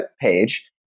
page